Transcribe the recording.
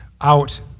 out